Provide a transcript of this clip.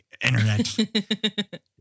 internet